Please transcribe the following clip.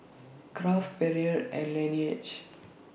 Kraft Perrier and Laneige